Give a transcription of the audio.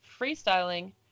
freestyling